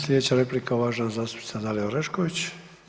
Sljedeća replika uvažena zastupnica Dalija Orešković.